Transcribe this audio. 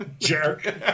Jerk